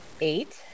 eight